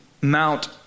Mount